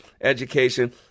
education